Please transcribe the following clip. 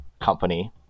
company